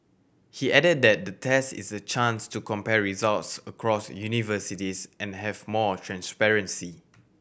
he added that the test is a chance to compare results across universities and have more transparency